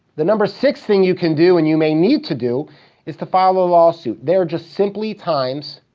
the number six thing you can do and you may need to do is to file a lawsuit. there are just simply times,